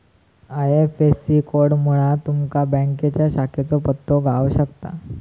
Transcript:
IFSC कोडमुळा तुमका बँकेच्या शाखेचो पत्तो गाव शकता